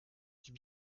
suis